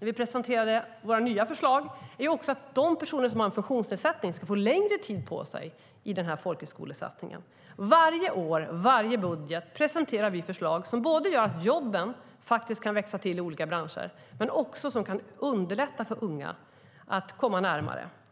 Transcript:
när vi presenterade våra nya förslag sade vi att de som har en funktionsnedsättning ska få längre tid på sig i folkhögskolesatsningen. Varje år och i varje budget presenterar vi förslag som gör att jobben kan växa till i olika branscher och som kan underlätta för unga att komma närmare arbetsmarknaden.